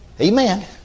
Amen